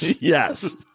Yes